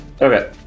Okay